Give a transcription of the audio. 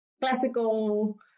classical